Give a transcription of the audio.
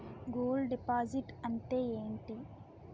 Gold deposit అంతే ఎంటి?